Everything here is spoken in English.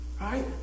Right